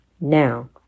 now